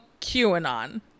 QAnon